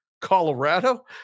Colorado